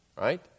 Right